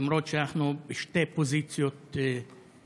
למרות שאנחנו בשתי פוזיציות לעומתיות.